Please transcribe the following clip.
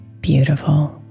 beautiful